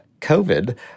COVID